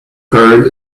current